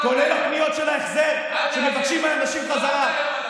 כולל הפניות של ההחזר שמבקשים מאנשים חזרה.